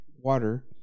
water